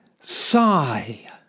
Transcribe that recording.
sigh